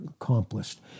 accomplished